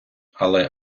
але